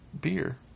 beer